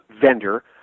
vendor